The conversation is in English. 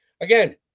again